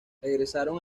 regresaron